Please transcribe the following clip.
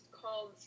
called